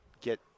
get